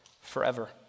forever